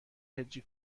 هجی